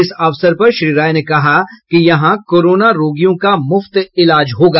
इस अवसर पर श्री राय ने कहा कि यहां कोरोना रोगियों का मुफ्त इलाज होगा